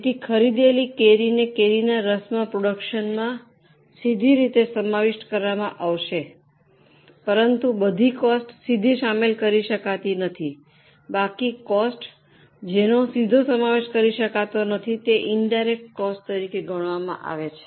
તેથી ખરીદેલી કેરીને કેરીના રસના પ્રોડ્યૂકશનમાં સીધી રીતે સમાવિષ્ટ કરવામાં આવશે પરંતુ બધી કોસ્ટ સીધી શામેલ કરી શકાતી નથી બાકી કોસ્ટ જેનો સીધો સમાવેશ કરી શકાતો નથી તે ઇનડાયરેક્ટ કોસ્ટ તરીકે ગણવામાં આવે છે